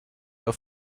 auf